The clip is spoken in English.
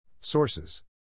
Sources